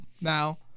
Now